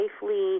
safely